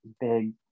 big